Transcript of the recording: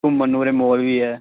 ਘੁੰਮਣ ਨੂੰ ਉਰੇ ਮੌਲ ਵੀ ਹੈ